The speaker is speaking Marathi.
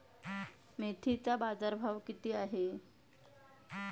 मेथीचा बाजारभाव किती आहे?